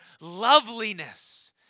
loveliness